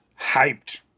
hyped